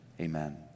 amen